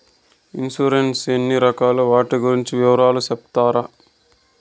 Insurance ఎన్ని రకాలు వాటి గురించి వివరాలు సెప్తారా?